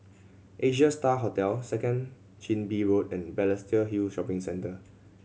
Asia Star Hotel Second Chin Bee Road and Balestier Hill Shopping Centre